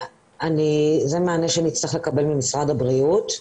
זה מענה שנצטרך לקבל ממשרד הבריאות.